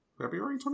February